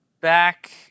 back